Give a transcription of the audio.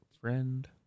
Friend